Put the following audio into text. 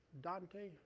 Dante